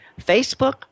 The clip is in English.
Facebook